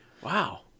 Wow